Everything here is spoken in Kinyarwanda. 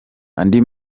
andi